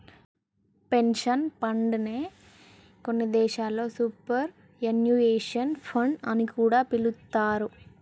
pension fund నే కొన్ని దేశాల్లో సూపర్ యాన్యుయేషన్ ఫండ్ అని కూడా పిలుత్తారు